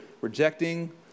rejecting